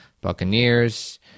Buccaneers